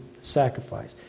sacrifice